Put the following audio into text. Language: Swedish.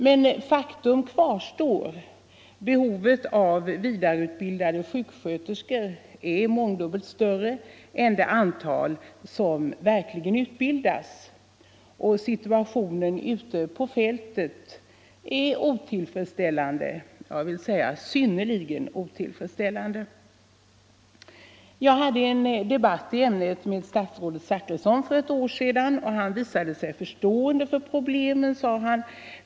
Men faktum kvarstår: behovet av vidareutbildade 135 sjuksköterskor är mångdubbelt större än det antal som verkligen utbildas. Och situationen ute på fältet är otillfredsställande — ja, synnerligen otillfredsställande. Jag hade en debatt i ämnet med statsrådet Zachrisson för ett år sedan, och han visade sig förstående för problemen.